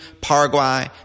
Paraguay